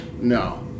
No